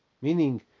meaning